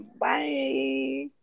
Bye